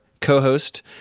co-host